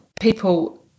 People